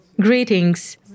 Greetings